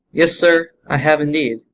yes, sir, i have indeed.